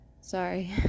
Sorry